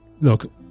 Look